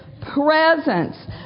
presence